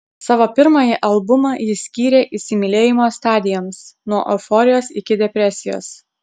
savo pirmąjį albumą ji skyrė įsimylėjimo stadijoms nuo euforijos iki depresijos